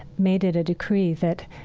made it a decree that,